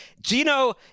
Gino